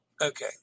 Okay